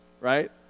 right